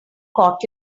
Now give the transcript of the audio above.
caught